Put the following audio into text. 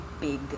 big